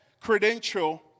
credential